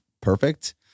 perfect